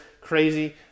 Crazy